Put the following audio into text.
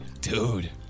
Dude